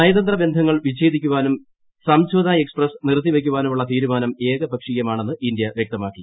നയതന്ത്ര ബന്ധങ്ങൾ വിച്ചേദിക്കാനും സംഝോധ എക്സ്പ്രസ് നിർത്തിവയ്ക്കാനുമുള്ള തീരുമാനം ഏകപക്ഷീയമാണെന്ന് ഇന്ത്യവൃക്തമാക്കി